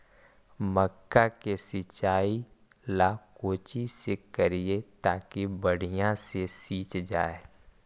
मक्का के सिंचाई ला कोची से करिए ताकी बढ़िया से सींच जाय?